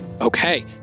Okay